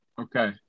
Okay